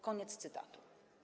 Koniec cytatu.